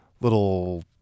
little